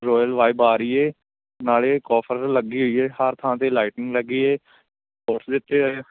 royal vibe ਆ ਰਹੀ ਹੈ ਨਾਲ ਕੋਫਰ ਲੱਗੀ ਹੋਈ ਹੈ ਹਰ ਥਾਂ 'ਤੇ ਲਾਈਟਿੰਗ ਲੱਗੀ ਹੈ ਪੋਟਸ ਦਿੱਤੇ ਹੋਏ ਹੈ